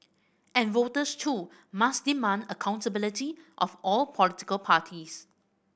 and voters too must demand accountability of all political parties